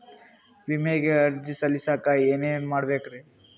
ವಿಮೆಗೆ ಅರ್ಜಿ ಸಲ್ಲಿಸಕ ಏನೇನ್ ಮಾಡ್ಬೇಕ್ರಿ?